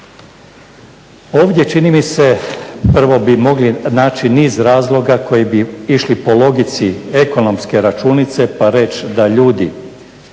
Ovdje čini mi se prvo bi mogli naći niz razloga koji bi išli po logici ekonomske računice pa reći da ljudi